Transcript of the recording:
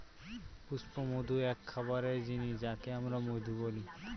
পুষ্পমধু এক খাবারের জিনিস যাকে আমরা মধু বলি